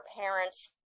parents